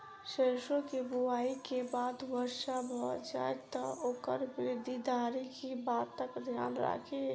सैरसो केँ बुआई केँ बाद वर्षा भऽ जाय तऽ ओकर वृद्धि धरि की बातक ध्यान राखि?